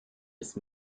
ist